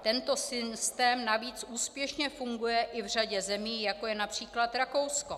Tento systém navíc úspěšně funguje i v řadě zemí, jako je například Rakousko.